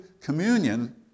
communion